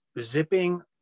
zipping